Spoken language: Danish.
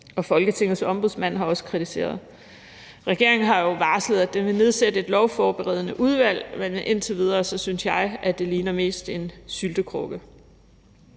Folketingets Ombudsmand har også kritiseret. Regeringen har jo varslet, at den vil nedsætte et lovforberedende udvalg, men indtil videre synes jeg at det ligner mest en syltekrukke.